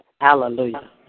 Hallelujah